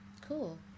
Cool